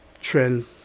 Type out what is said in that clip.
trend